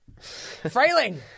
Frailing